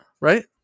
right